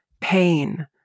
pain